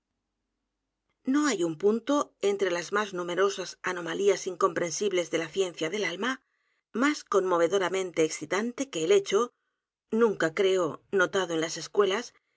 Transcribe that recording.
no hay un punto entre las más numerosas anomalías incomprensibles de la ciencia del alma más conmovedoramente excitante que el hecho nunca creo notado en las escuelas